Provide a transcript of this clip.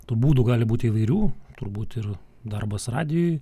tų būdų gali būti įvairių turbūt ir darbas radijoj